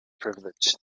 privilege